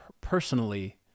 personally